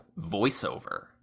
VoiceOver